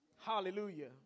hallelujah